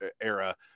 era